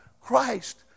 Christ